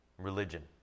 religion